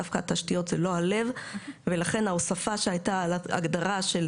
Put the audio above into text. דווקא התשתיות זה לא הלב ולכן ההוספה שהייתה על ההגדרה של